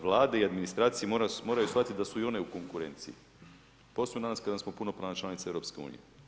Vlade i administracije moraju shvatiti da su i one u konkurenciji posebno danas kada smo punopravna članica EU.